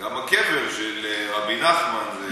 גם הקבר של רבי נחמן זה,